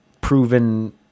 proven